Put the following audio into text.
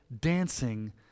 dancing